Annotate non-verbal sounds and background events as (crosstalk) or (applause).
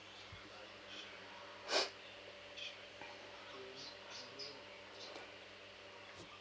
(breath)